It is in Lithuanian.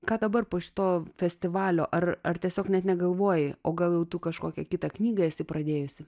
ką dabar po šito festivalio ar ar tiesiog net negalvoji o gal jau tu kažkokią kitą knygą esi pradėjusi